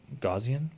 Gaussian